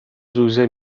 زوزه